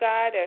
God